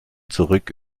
zurück